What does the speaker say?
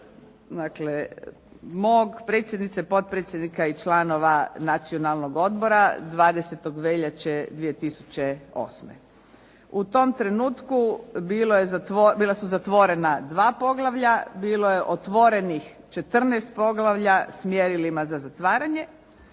mog predsjednice, potpredsjednika i članova Nacionalnog odbora 20. veljače 2008. U tom trenutku bila su zatvorena dva poglavlja, bilo je otvorenih 14 poglavlja s mjerilima za zatvaranje